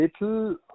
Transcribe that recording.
little